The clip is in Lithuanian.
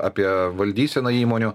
apie valdyseną įmonių